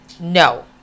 no